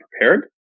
prepared